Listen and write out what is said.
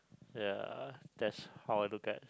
ya that's how I look at